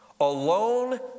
Alone